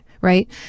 Right